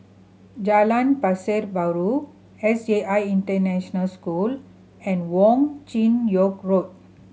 Jalan Pasar Baru S J I International School and Wong Chin Yoke Road